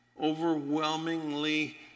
overwhelmingly